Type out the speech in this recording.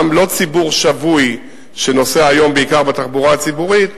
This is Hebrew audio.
גם לא ציבור שבוי שנוסע היום בעיקר בתחבורה הציבורית,